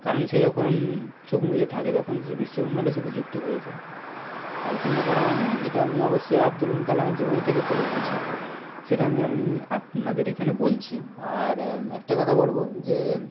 কারণ সে যখন চোখ মুজে থাকে তখন সে বিশ্ব ব্রহ্মাণ্ডের সাথে যুক্ত হয়ে যায় প্রার্থনা করা মানে এটা আমি অবশ্য আবদুল কালামের জীবনী থেকে পড়ে এসেছি সেটা আমি আমি আপনাদের এখানে বলছি আর একটা কথা বলব যে